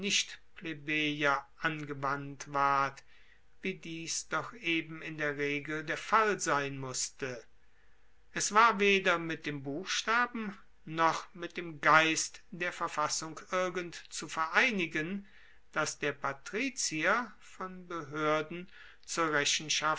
angewandt ward wie dies doch eben in der regel der fall sein musste es war weder mit dem buchstaben noch mit dem geist der verfassung irgend zu vereinigen dass der patrizier von behoerden zur